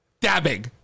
dabbing